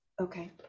Okay